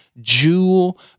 Jewel